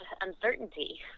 uncertainty